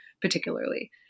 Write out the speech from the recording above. particularly